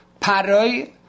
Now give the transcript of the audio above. Paroy